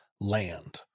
land